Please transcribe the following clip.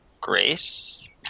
Grace